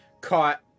caught